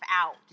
out